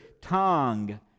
tongue